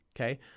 okay